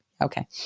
okay